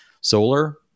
solar